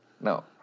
No